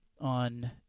on